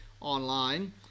online